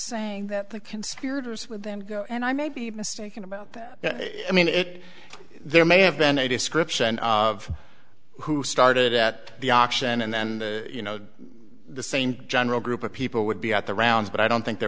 saying that the conspirators with them go and i may be mistaken about that i mean it there may have been a description of who started at the auction and then you know the same general group of people would be at the rounds but i don't think there